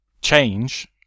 change